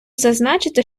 зазначити